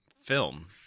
film